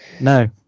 no